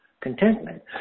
contentment